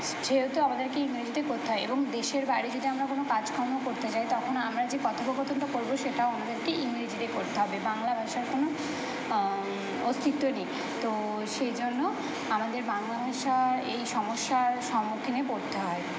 সেহেতু আমাদেরকে ইংরেজিতে করতে হয় এবং দেশের বাইরে যদি আমরা কোনো কাজকর্ম করতে যাই তখন আমরা যে কথোপকথনটা করবো সেটাও আমাদেরকে ইংরেজিতে করতে হবে বাংলা ভাষার কোনো অস্তিত্ব নেই তো সেই জন্য আমাদের বাংলা ভাষা এই সমস্যার সম্মুখীনে পড়তে হয়